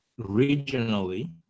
regionally